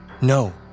No